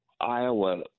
Iowa